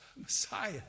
Messiah